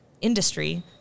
industry